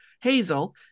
hazel